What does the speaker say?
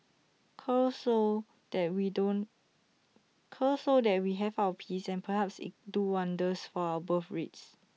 cull so that we don't cull so that we have our peace and perhaps it'll do wonders for our birthrate